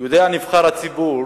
יודע נבחר הציבור